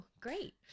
Great